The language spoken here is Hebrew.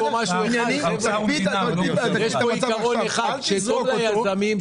יש פתרון אחד שטוב ליזמים,